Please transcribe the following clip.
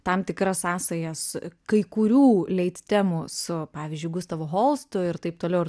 tam tikras sąsajas s kai kurių leid temų su pavyzdžiui gustavu holstu ir taip toliau ir